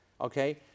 okay